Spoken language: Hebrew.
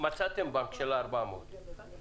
מצאתם בנק שיאשר את ההלוואה, נכון?